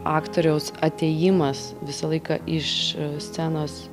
aktoriaus atėjimas visą laiką iš scenos